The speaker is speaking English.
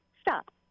stop